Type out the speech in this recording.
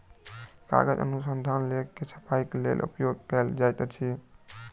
कागज अनुसंधान लेख के छपाईक लेल उपयोग कयल जाइत अछि